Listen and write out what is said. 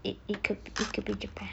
it it could it could be japan